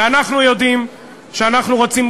ואנחנו יודעים שאנחנו רוצים,